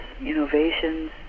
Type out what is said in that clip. innovations